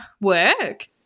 work